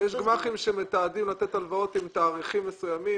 שיש גמ"חים שמתעתדים לתת הלוואות עם תאריכים מסוימים,